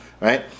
Right